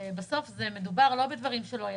בסוף מדובר לא בדברים שלא יעשו.